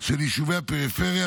של יישובי הפריפריה,